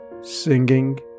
singing